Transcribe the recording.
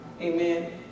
amen